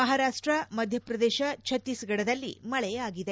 ಮಹಾರಾಷ್ಸ ಮಧ್ಯಪ್ರದೇಶ ಛತ್ತೀಸ್ಗಡದಲ್ಲಿ ಮಳೆಯಾಗಿದೆ